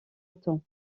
autant